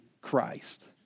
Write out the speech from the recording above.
christ